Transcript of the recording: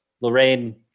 Lorraine